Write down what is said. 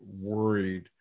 worried